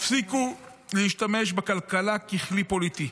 הפסיקו להשתמש בכלכלה ככלי פוליטי.